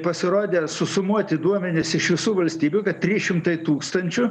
pasirodė susumuoti duomenys iš visų valstybių kad trys šimtai tūkstančių